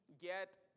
get